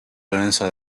lorenzo